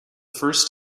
first